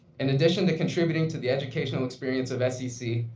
in addition to contributing to the educational experience of scc,